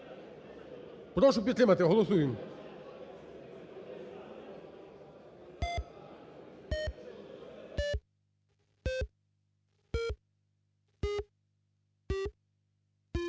Прошу підтримати, голосуємо.